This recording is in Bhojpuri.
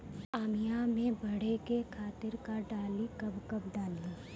आमिया मैं बढ़े के खातिर का डाली कब कब डाली?